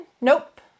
Nope